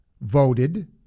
voted